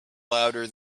louder